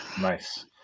Nice